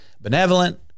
benevolent